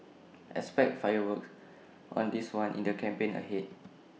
expect fireworks on this one in the campaign ahead